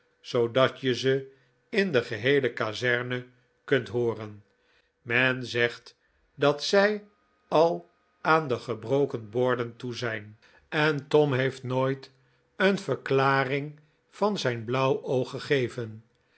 zoodat je ze in de geheele kazerne kunt hooren men zegt dat zij al aan de gebroken borden toe zijn en tom heeft nooit een verklaring van zijn blauw oog